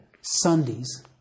Sundays